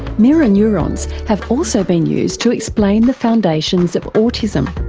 mirror neurons have also been used to explain the foundations of autism.